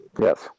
Yes